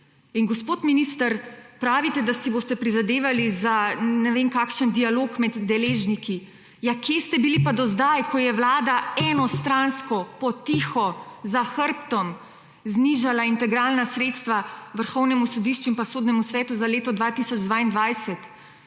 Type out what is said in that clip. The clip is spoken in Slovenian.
je. Gospod minister, pravite, da si boste prizadevali za ne vem kakšen dialog med deležniki. Ja, kje ste bili pa do zdaj, ko je vlada enostransko, po tiho, za hrbtom znižala integralna sredstva Vrhovnemu sodišču in Sodnemu svetu za leto 2022?